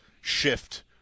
shift